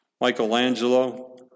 Michelangelo